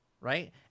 right